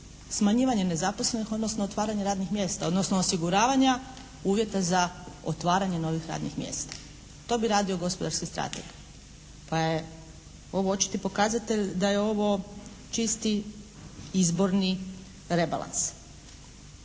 smanjivanje nezaposlenih odnosno otvaranje radnih mjesta. Odnosno osiguravanja uvjeta za otvaranje novih radnih mjesta. To bi radio gospodarski strateg. Pa je ovo očiti pokazatelj da je ovo čisti izborni rebalans.